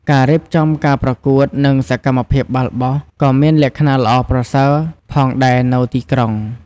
ការរៀបចំការប្រកួត និងសកម្មភាពបាល់បោះក៏មានលក្ខណៈល្អប្រសើរផងដែរនៅទីក្រុង។